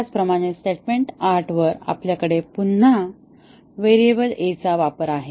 त्याचप्रमाणे स्टेटमेंट 8 वर आपल्याकडे पुन्हा व्हेरिएबल a चा वापर आहे